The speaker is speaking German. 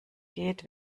geht